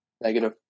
Negative